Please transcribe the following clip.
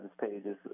pages